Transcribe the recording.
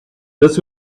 this